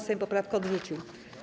Sejm poprawkę odrzucił.